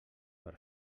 per